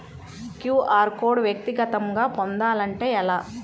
QR code వ్యక్తిగతంగా పొందాలంటే ఎలా?